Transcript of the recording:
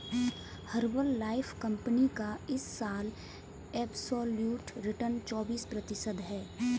Herbalife company का इस साल एब्सोल्यूट रिटर्न चौबीस प्रतिशत है